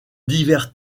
divers